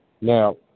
Now